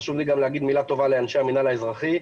חשוב לי לומר מילה טובה לאנשי המינהל האזרחי,